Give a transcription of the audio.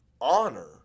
Honor